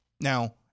Now